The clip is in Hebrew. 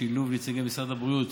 שילוב נציגי משרד הבריאות